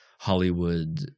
Hollywood